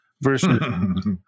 versus